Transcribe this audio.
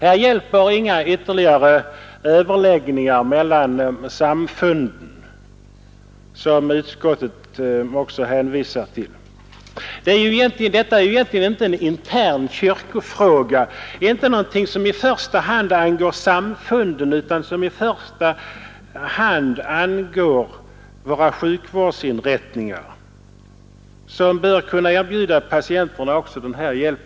Därför hjälper inga ytterligare överläggningar mellan samfunden, som utskottet också hänvisar till. Detta ärende är egentligen inte en intern kyrkofråga, inte någonting som i första hand angår samfunden utan något som i första hand angår våra sjukvårdsinrättningar, som bör kunna erbjuda patienterna också denna hjälp.